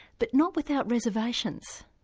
but not without reservations.